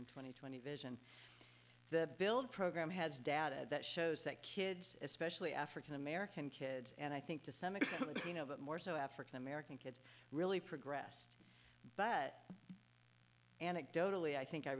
in twenty twenty vision the build program has data that shows that kids especially african american kids and i think to some extent you know more so african american kids really progressed but anecdotally i think i